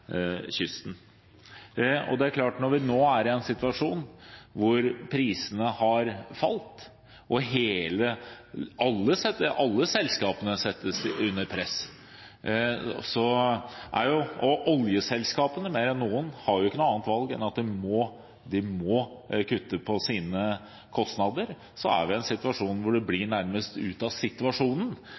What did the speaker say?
Det er klart at når vi nå er i en situasjon hvor prisene har falt og alle selskapene settes under press – og oljeselskapene, mer enn noen, har jo ikke noe annet valg enn at de må kutte på sine kostnader – så er vi i en situasjon hvor det nærmest ut av situasjonen